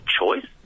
choice